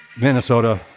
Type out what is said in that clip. Minnesota